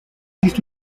existe